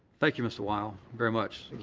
thank you, mr. weil, very much.